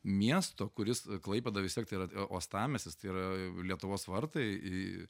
miesto kuris klaipėda vis tiek tai yra uostamiestis tai yra lietuvos vartai į